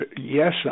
Yes